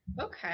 Okay